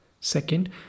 Second